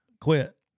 quit